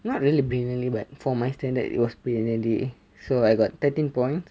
not really brilliantly but for my standard it was brilliantly so I got thirteen points